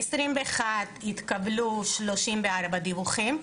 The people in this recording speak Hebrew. ב-2021 התקבלו 34 דיווחים.